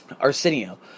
Arsenio